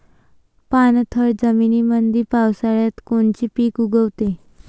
पाणथळ जमीनीमंदी पावसाळ्यात कोनचे पिक उगवते?